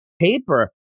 paper